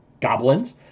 goblins